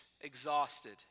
exhausted